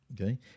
Okay